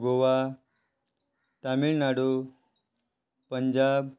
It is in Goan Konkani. गोवा तामिळनाडू पंजाब